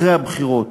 אחרי הבחירות